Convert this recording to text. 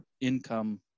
income